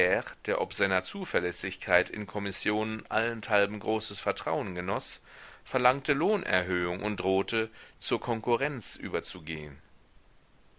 der ob seiner zuverlässigkeit in kommissionen allenthalben großes vertrauen genoß verlangte lohnerhöhung und drohte zur konkurrenz überzugehen